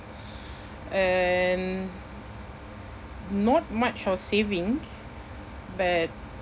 and not much for saving but